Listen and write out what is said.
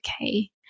okay